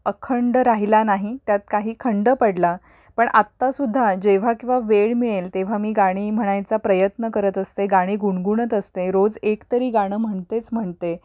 अखंड राहिला नाही त्यात काही खंड पडला पण आत्तासुद्धा जेव्हा केव्हा वेळ मिळेल तेव्हा मी गाणी म्हणायचा प्रयत्न करत असते गाणी गुणगुणत असते रोज एक तरी गाणं म्हणतेच म्हणते